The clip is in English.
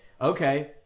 Okay